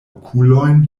okulojn